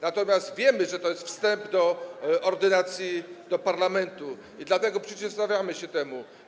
Natomiast wiemy, że to jest wstęp do ordynacji do parlamentu, dlatego przeciwstawiamy się temu.